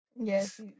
Yes